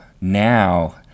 now